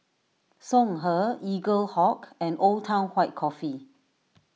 Songhe Eaglehawk and Old Town White Coffee